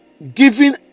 giving